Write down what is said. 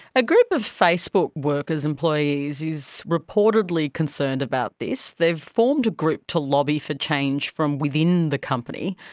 a group of facebook workers, employees, reportedly concerned about this. they've formed a group to lobby for change from within the company.